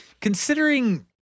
considering –